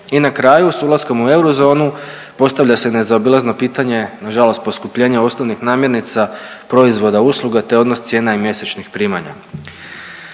I na kraju, s ulaskom u eurozonu postavlja se nezaobilazno pitanje nažalost poskupljenje osnovnih namirnica, proizvoda, usluga, te odnos cijena i mjesečnih primanja.